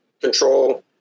control